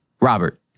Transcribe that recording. Robert